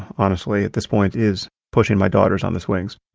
honestly at this point, is pushing my daughters on the swings.